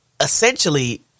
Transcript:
essentially